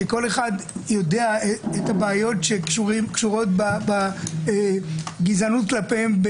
כשכל אחד יודע את הבעיות שקשורות בגזענות כלפיהם,